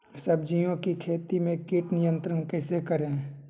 सब्जियों की खेती में कीट नियंत्रण कैसे करें?